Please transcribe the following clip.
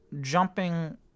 jumping